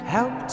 Help